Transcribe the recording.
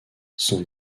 son